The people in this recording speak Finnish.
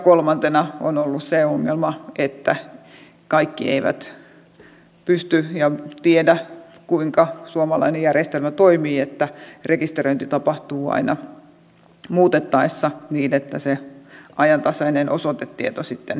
kolmantena on ollut se ongelma että kaikki eivät tiedä kuinka suomalainen järjestelmä toimii että rekisteröinti tapahtuu aina muutettaessa niin että ajantasainen osoitetieto kulkee mukana